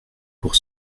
pour